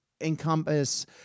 encompass